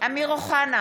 אמיר אוחנה,